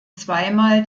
zweimal